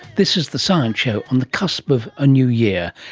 this is the science show on the cusp of a new year,